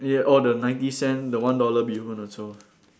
yeah all the ninety cents the one dollar bee-hoon also